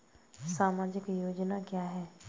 सामाजिक योजना क्या है?